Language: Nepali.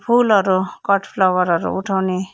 फुलहरू कट फ्लावरहरू उठाउने